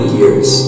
years